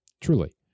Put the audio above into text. Truly